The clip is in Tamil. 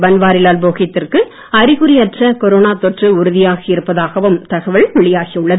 பன்வாரிலால் புரோகித்திற்கு அறிகுறியற்ற கொரோனா தொற்று உறுதியாகி இருப்பதாகவும் தகவல் வெளியாகி உள்ளது